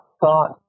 thought